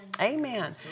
Amen